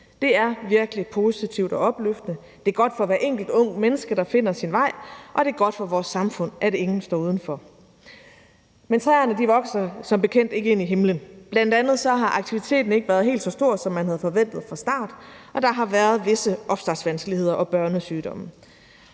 Det er virkelig positivt og opløftende. Det er godt for hvert enkelte unge menneske, der dermed finder sin vej, og det er godt for vores samfund, at ingen står udenfor. Men træerne vokser som bekendt ikke ind i himlen. Bl.a. har aktiviteten ikke været helt så stor, som man havde forventet fra start, og der har været visse opstartsvanskeligheder og børnesygdomme.